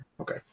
Okay